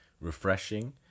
refreshing